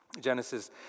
Genesis